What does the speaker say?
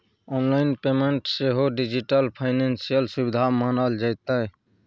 online payment सेहो digital financial सुविधा मानल जेतै